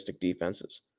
defenses